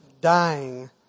dying